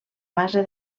base